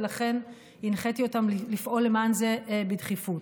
ולכן הנחיתי אותם לפעול למען זה בדחיפות.